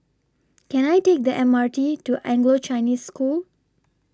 Can I Take The M R T to Anglo Chinese School